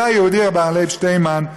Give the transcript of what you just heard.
זה היהודי הרב לייב שטיינמן,